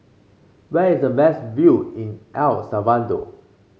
where is the best view in El Salvador